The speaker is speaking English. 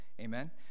Amen